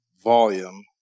volume